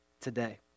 today